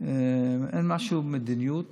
אין מדיניות